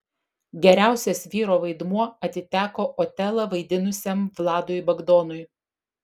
geriausias vyro vaidmuo atiteko otelą vaidinusiam vladui bagdonui